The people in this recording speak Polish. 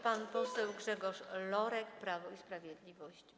Pan poseł Grzegorz Lorek, Prawo i Sprawiedliwość.